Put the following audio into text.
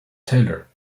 taylor